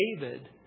David